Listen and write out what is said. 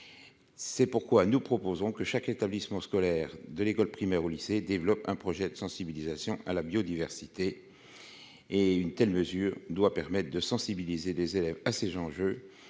c'est pourquoi nous proposons que chaque établissement scolaire de l'école primaire au lycée, développe un projet de sensibilisation à la biodiversité et une telle mesure doit permettre de sensibiliser les élèves à ces gens,